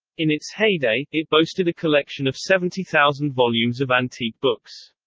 in its heyday, it boasted a collection of seventy thousand volumes of antique books.